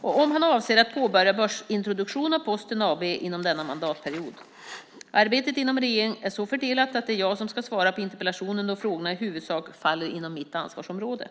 och om han avser att påbörja en börsintroduktion av Posten AB inom denna mandatperiod. Arbetet inom regeringen är så fördelat att det är jag som ska svara på interpellationen då frågorna i huvudsak faller inom mitt ansvarsområde.